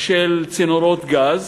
של צינורות גז,